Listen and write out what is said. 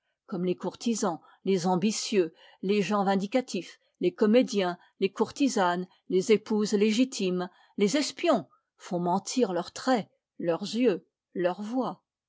comme les courtisans les ambitieux les gens vindicatifs les comédiens les courtisanes les épouses légitimes les espions font mentir leurs traits leurs yeux leur voix